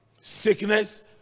sickness